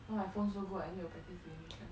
now my phone so good I need to practice taking picture